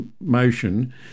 motion